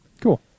Cool